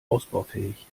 ausbaufähig